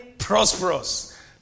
prosperous